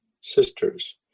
sisters